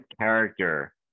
character